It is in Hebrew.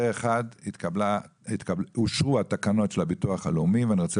פה אחד אושרו התקנות של הביטוח הלאומי ואני רוצה